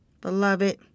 Beloved